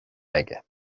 aige